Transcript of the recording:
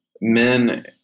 men